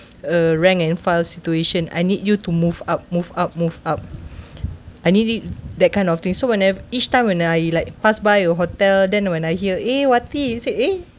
a rank and file situation I need you to move out move out move out I need it that kind of thing so whenever each time when I like pass by your hotel then when I hear eh wati you say eh